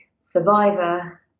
survivor